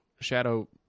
shadow